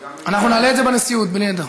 אנחנו נעלה את זה בנשיאות, בלי נדר.